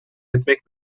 etmek